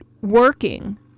working